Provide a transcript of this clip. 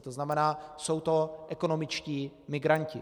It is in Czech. To znamená, jsou to ekonomičtí migranti.